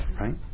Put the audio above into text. right